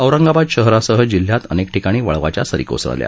औरंगाबाद शहरासह जिल्ह्यात अनेक ठिकाणी वळवाच्या सरी कोसळल्या